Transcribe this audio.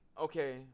okay